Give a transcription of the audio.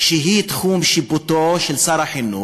שהם תחום שיפוטו של שר החינוך,